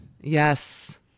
Yes